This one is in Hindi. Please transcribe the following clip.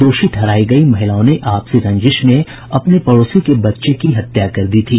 दोषी ठहरायी गयी महिलाओं ने आपसी रंजिश में अपने पड़ोसी के बच्चे की हत्या कर दी थी